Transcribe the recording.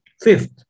Fifth